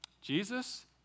Jesus